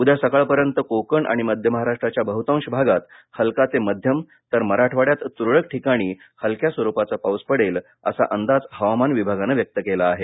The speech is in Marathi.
उद्या सकाळपर्यंत कोकण आणि मध्य महाराष्ट्राच्या बहुतांश भागात हलका ते मध्यम तर मराठवाङ्यात तुरळक ठिकाणी हलक्या स्वरूपाचा पाऊस पडेल असा अंदाज हवामान विभागानं व्यक्त केला आहे